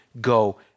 go